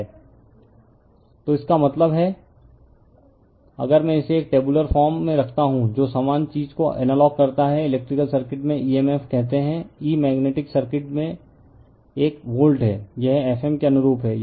refer slide time 1542 तो इसका मतलब है अगर मैं इसे एक टेबुलर फॉर्म में रखता हूं जो समान चीज को एनालॉग करता है इलेक्ट्रिकल सर्किट में emf कहते हैं E मेग्नेटिक सर्किट में एक वोल्ट है यह Fm के अनुरूप है